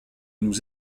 nous